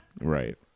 Right